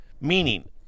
meaning